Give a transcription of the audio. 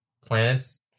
planets